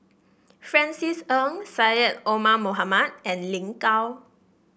Francis Ng Syed Omar Mohamed and Lin Gao